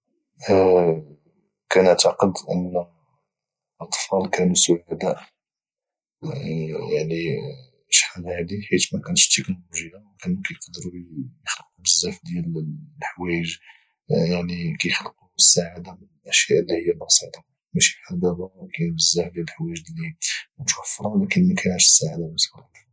كنعتقد ان الاطفال كانو سعداء يعني شحال هادي حيت مكانتش التيكنولوجيا او كانو كيقدرو يخلقو بزاف ديال الحوايج يعني كيخلقو السعادة من اشياء اللي هي بسيطة ماشي بحال دبا كاينين بزاف د الحوايج اللي متوفرة ولكن مكيناش السعادة بالنسبة للاطفال